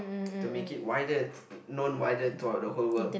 to make it wider known wider throughout the whole world